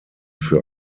für